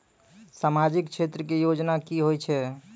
समाजिक क्षेत्र के योजना की होय छै?